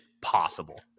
possible